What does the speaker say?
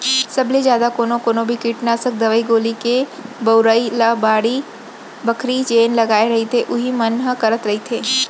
सब ले जादा कोनो कोनो भी कीटनासक दवई गोली के बउरई ल बाड़ी बखरी जेन लगाय रहिथे उही मन ह करत रहिथे